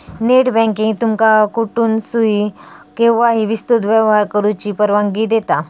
net banking तुमका कुठसूनही, केव्हाही विस्तृत व्यवहार करुची परवानगी देता